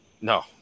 No